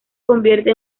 convierte